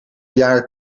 jaar